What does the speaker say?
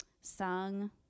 sung